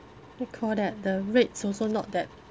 what you call that the rates also not that